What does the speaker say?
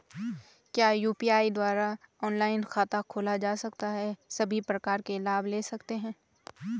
क्या यु.पी.आई द्वारा ऑनलाइन खाता खोला जा सकता है सभी प्रकार के लाभ ले सकते हैं?